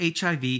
HIV